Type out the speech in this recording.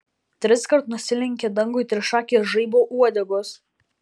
triskart nusilenkė dangui trišakės žaibo uodegos